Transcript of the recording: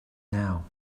now